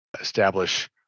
establish